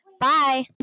Bye